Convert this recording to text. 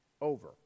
over